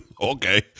Okay